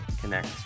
connect